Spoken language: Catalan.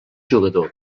jugador